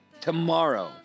tomorrow